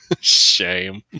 shame